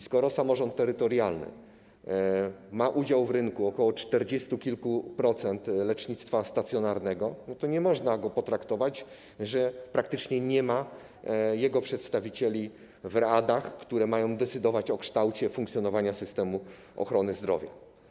Skoro samorząd terytorialny ma udział w rynku czterdziestu kilku procent lecznictwa stacjonarnego, to nie można go tak potraktować, żeby praktycznie nie było jego przedstawicieli w radach, które mają decydować o kształcie funkcjonowania systemu ochrony zdrowia.